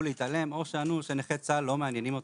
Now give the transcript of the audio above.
להתעלם או שענו שנכי צה"ל לא מעניינים אותם.